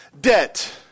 debt